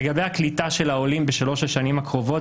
לגבי הקליטה של העולים בשלוש השנים הקרובות,